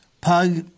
Pug